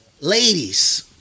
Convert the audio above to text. ladies